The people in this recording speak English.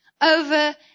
Over